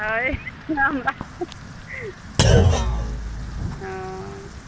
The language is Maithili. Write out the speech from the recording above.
है नहि हमरा हँ